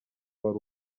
wari